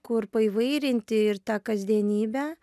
kur paįvairinti ir tą kasdienybę